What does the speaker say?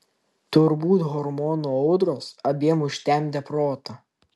turbūt hormonų audros abiem užtemdė protą